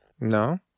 No